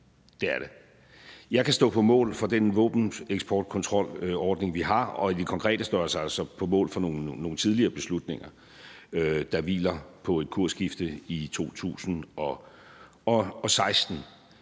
Det er det. Jeg kan stå på mål for den våbeneksportkontrolordning, vi har, og i forhold til det konkrete står jeg altså på mål for nogle tidligere beslutninger, der hviler på et kursskifte i 2016.